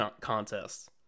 contests